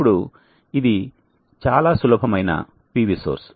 ఇప్పుడు ఇది చాలా సులభమైన PV సోర్స్